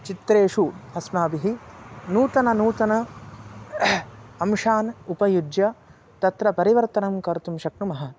चित्रेषु अस्माभिः नूतननूतन अंशान् उपयुज्य तत्र परिवर्तनं कर्तुं शक्नुमः